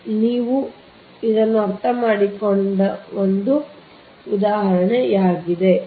ಆದ್ದರಿಂದ ಇದು ನೀವು ಅರ್ಥಮಾಡಿಕೊಂಡ ಒಂದು ಉದಾಹರಣೆಯಾಗಿದೆ